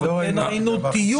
אבל כן ראינו טיוב.